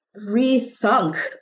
rethunk